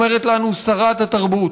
אומרת לנו שרת התרבות,